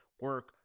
Work